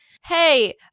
Hey